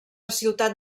ciutat